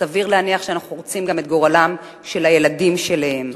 סביר להניח שאנחנו חורצים גם את גורלם של הילדים שלהם,